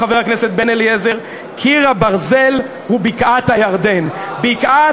עכשיו, חבר הכנסת בן-אליעזר, אני אמרתי